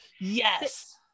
yes